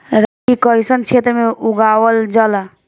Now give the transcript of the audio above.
रागी कइसन क्षेत्र में उगावल जला?